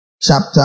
Chapter